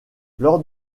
lors